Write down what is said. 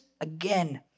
again